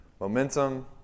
Momentum